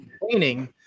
complaining